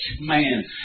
man